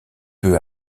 peu